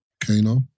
Kano